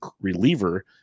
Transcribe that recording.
reliever